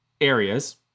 areas